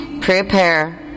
prepare